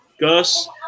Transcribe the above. Gus